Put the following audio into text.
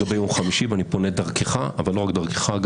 לגבי יום חמישי אני פונה דרכך אבל לא רק דרכך,